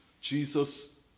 Jesus